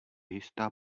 jistá